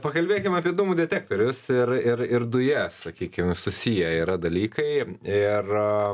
pakalbėkim apie dūmų detektorius ir ir ir dujas sakykim susiję yra dalykai ir